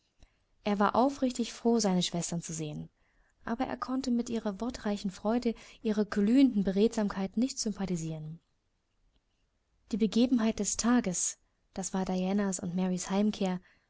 er war aufrichtig froh seine schwestern zu sehen aber er konnte mit ihrer wortreichen freude ihrer glühenden beredsamkeit nicht sympatisieren die begebenheit des tages das war dianas und marys heimkehr